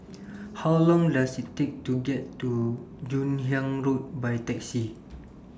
How Long Does IT Take to get to Joon Hiang Road By Taxi